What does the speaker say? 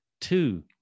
two